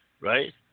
right